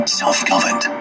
self-governed